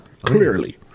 Clearly